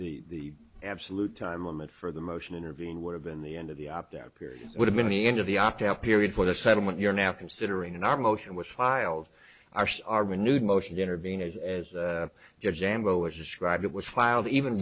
that the absolute time limit for the motion intervene would have been the end of the opt out period would have been the end of the opt out period for the settlement you're now considering in our motion was filed arce our renewed motion to intervene as as jango as described it was filed even